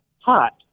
Hot